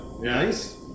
Nice